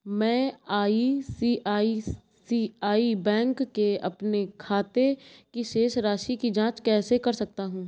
मैं ICICI bank के अपने खाते की शेष राशि की जाँच कैसे कर सकता हूँ?